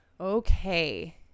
Okay